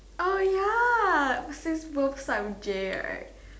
oh ya since both start with J right